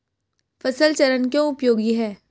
फसल चरण क्यों उपयोगी है?